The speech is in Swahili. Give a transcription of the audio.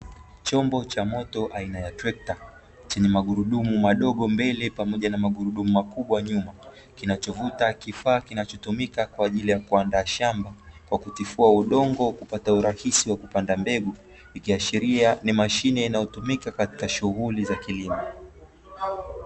Chombo cha moto aina ya trekta, chenye magurudumu madogo mbele pamoja na magurudumu makubwa nyuma, kinachovuta kifaa kinachotumika kwa ajili ya kuandaa shamba kwa kutifua udongo kupata urahisi wa kupanda mbegu, ikiashiria ni mashine inayotumika katika shughuli za kilimo.